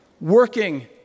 Working